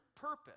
purpose